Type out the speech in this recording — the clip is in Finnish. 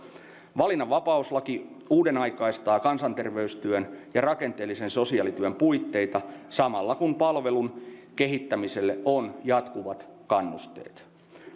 valinnanvapauslaki uudenaikaistaa kansanterveystyön ja rakenteellisen sosiaalityön puitteita samalla kun palvelun kehittämiselle on jatkuvat kannusteet